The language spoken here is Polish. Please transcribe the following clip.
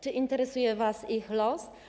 Czy interesuje was ich los?